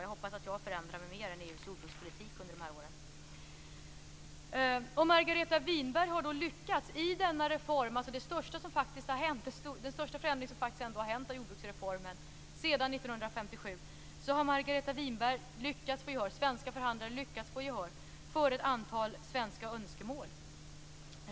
Jag hoppas att jag har förändrat mig mer än EU:s jordbrukspolitik under de här åren. I denna reform, som alltså är den största förändring som faktiskt har skett av jordbrukspolitiken sedan 1957, har Margareta Winberg och de svenska förhandlarna lyckats få gehör för ett antal svenska önskemål.